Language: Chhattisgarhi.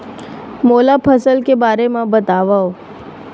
मोला फसल के बारे म बतावव?